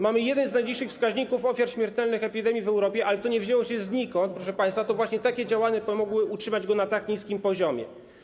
Mamy jeden z najniższych wskaźników ofiar śmiertelnych epidemii w Europie, ale to nie wzięło się znikąd, proszę państwa, to takie działania pomogły utrzymać go na tak niskim poziomie.